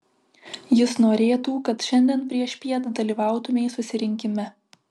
jis norėtų kad šiandien priešpiet dalyvautumei susirinkime